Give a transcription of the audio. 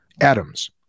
atoms